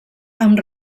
amb